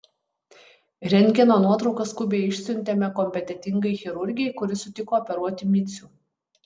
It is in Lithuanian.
rentgeno nuotraukas skubiai išsiuntėme kompetentingai chirurgei kuri sutiko operuoti micių